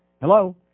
Hello